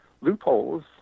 loopholes